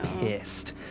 pissed